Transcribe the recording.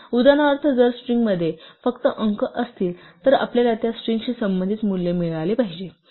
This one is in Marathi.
उदाहरणार्थ जर स्ट्रिंगमध्ये फक्त अंक असतील तर आपल्याला त्या स्ट्रिंगशी संबंधित मूल्य मिळाले पाहिजे